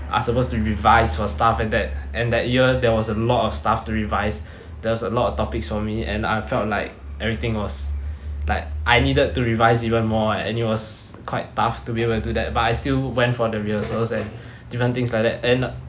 are supposed to revise for stuff and that and that year there was a lot of stuff to revise there was a lot of topics for me and I felt like everything was like I needed to revise even more and it was quite tough to be able do that but I still went for the rehearsals and different things like that and